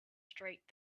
streak